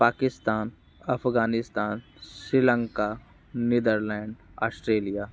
Pakistan Afghanistan Sri Lanka Netherlands Australia